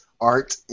art